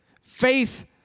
faith